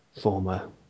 former